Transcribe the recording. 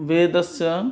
वेदस्य